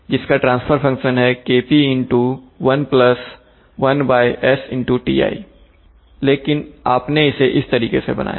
जिसका transfer function है KP11STi लेकिन आपने इसे इस तरीके से बनाया है